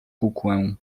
kukłę